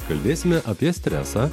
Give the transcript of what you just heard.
kalbėsime apie stresą